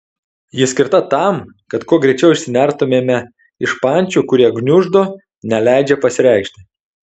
ji skirta tam kad kuo greičiau išsinertumėme iš pančių kurie gniuždo neleidžia pasireikšti